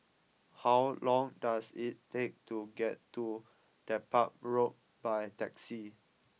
how long does it take to get to Dedap Road by taxi